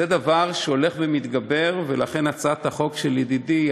זה דבר שהולך ומתגבר, ולכן הצעת החוק של ידידי היא